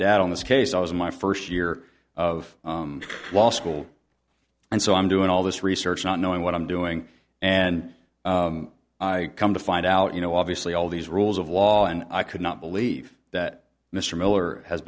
dad on this case i was in my first year of law school and so i'm doing all this research not knowing what i'm doing and i come to find out you know obviously all these rules of law and i could not believe that mr miller has